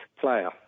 player